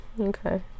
Okay